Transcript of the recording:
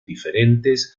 diferentes